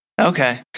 Okay